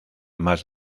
más